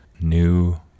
new